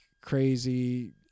crazy